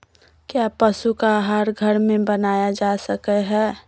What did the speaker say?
क्या पशु का आहार घर में बनाया जा सकय हैय?